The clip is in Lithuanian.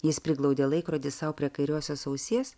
jis priglaudė laikrodį sau prie kairiosios ausies